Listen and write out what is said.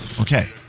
okay